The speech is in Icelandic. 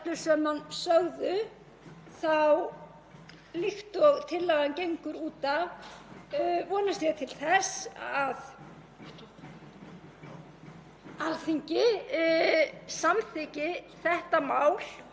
Alþingi samþykki þetta mál og Ísland verði aðili að þessum mikilvægasta kjarnorkuafvopnunarsamningi sem við höfum.